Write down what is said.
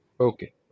Okay